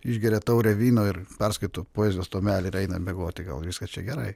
išgeria taurę vyno ir perskaito poezijos tomelį ir eina miegoti gal viskas čia gerai